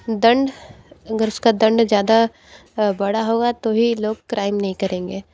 दंड अगर उसका दंड ज़्यादा बड़ा होगा तो ही लोग क्राइम नहीं करेंगे